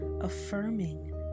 affirming